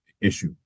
issue